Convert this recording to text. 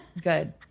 good